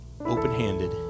open-handed